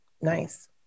Nice